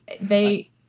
they-